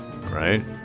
right